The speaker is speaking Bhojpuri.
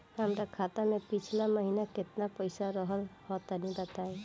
हमार खाता मे पिछला महीना केतना पईसा रहल ह तनि बताईं?